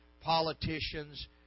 politicians